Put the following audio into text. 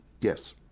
Yes